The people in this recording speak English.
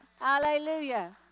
Hallelujah